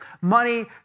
money